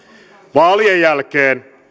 vaalien jälkeen